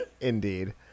Indeed